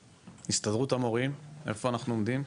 הסתדרות המורים, איפה אנחנו עומדים?